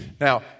Now